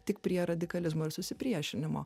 tik prie radikalizmo ir susipriešinimo